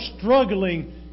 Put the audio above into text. struggling